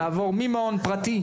לעבור ממעון פרטי,